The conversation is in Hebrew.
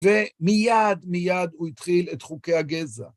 ומיד מיד הוא התחיל את חוקי הגזע.